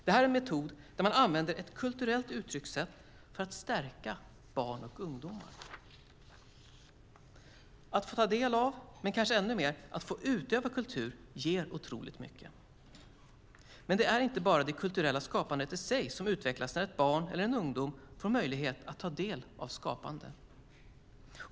Det är en metod där man använder ett kulturellt uttryckssätt för att stärka barn och ungdomar. Att få ta del av men kanske ännu mer att få utöva kultur ger otroligt mycket. Men det är inte bara det kulturella skapandet i sig som utvecklas när barn eller ungdomar får möjlighet att ta del av skapande.